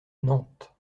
nantes